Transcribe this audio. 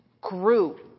grew